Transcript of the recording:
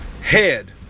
head